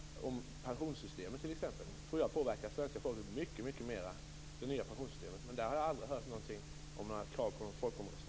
Det nya pensionssystemet tror jag t.ex. påverkar svenska folket mycket mer, men där har jag aldrig hört några krav på en folkomröstning.